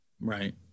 Right